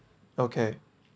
okay